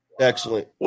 Excellent